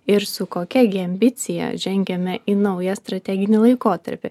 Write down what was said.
ir su kokia gi ambicija žengiame į naują strateginį laikotarpį